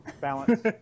Balance